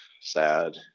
sad